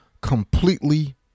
completely